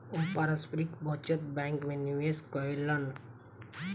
ओ पारस्परिक बचत बैंक में निवेश कयलैन